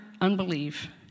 unbelief